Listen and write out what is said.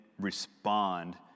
respond